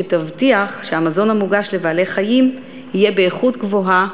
שתבטיח שהמזון המוגש לבעלי-חיים יהיה באיכות גבוהה,